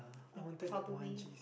probably